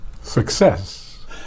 Success